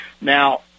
Now